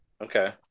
Okay